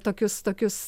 tokius tokius